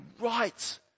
right